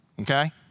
okay